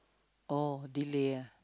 oh delay ah